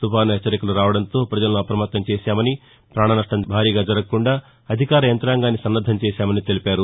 తుపాను హెచ్చరికలు రావడంతో ప్రజలను అపమత్తం చేశామని ప్రాణనష్టం భారీగా జరగకుండా అధికార యంతాంగాన్ని సన్నద్దం చేశామని తెలిపారు